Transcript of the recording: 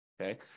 Okay